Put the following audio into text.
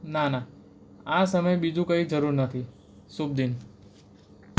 ના ના આ સમયે બીજું કંઈ જરૂર નથી શુભ દિન